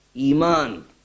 iman